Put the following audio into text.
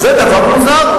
זה דבר מוזר.